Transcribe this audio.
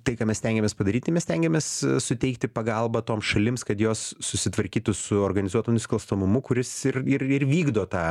tai ką mes stengiamės padaryti mes stengiamės suteikti pagalbą toms šalims kad jos susitvarkytų su organizuotu nusikalstamumu kuris ir ir ir vykdo tą